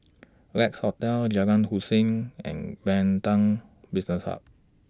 Lex Hotel Jalan Hussein and Pantech Business Hub